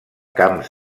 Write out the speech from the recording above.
camps